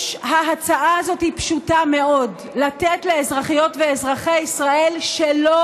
ההצעה הזאת היא פשוטה מאוד: לתת לאזרחיות ואזרחי ישראל שלא